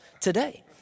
today